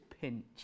pinch